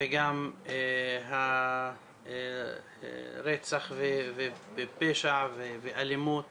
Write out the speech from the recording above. וגם רצח ופשע ואלימות